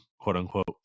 quote-unquote